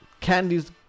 candies